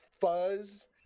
fuzz